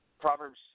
Proverbs